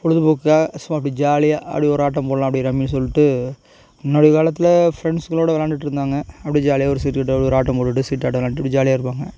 பொழுதுபோக்குக்காகச் சும்மா அப்படி ஜாலியாக அப்படி ஒரு ஆட்டம் போடலாம் அப்படி ரம்மி சொல்லிட்டு முன்னாடி காலத்தில் ஃப்ரெண்ட்ஸுங்களோட விளாண்டுட்டுருந்தாங்க அப்படியே ஜாலியாக ஒரு சீட்டுக்கட்டோ இல்லை ஒரு ஆட்டம் போட்டுகிட்டு சீட்டாட்டம் விளாண்டுட்டு இப்படி ஜாலியாக இருப்பாங்க